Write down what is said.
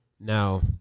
Now